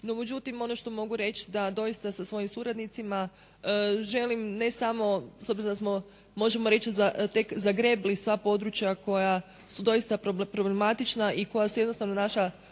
no međutim ono što mogu reći da doista sa svojim suradnicima želim ne samo da smo s obzirom da smo možemo reći tek zagrebli sva područja koja su doista problematična i koja su jednostavno naša